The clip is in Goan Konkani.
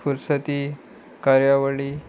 फुर्सती कार्यावळी